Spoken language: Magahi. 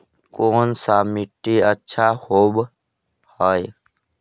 कोन सा मिट्टी अच्छा होबहय?